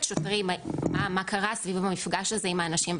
שוטרים מה קרה סביב המפגש הזה עם האנשים,